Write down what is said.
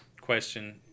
question